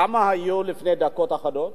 כמה היו לפני דקות אחדות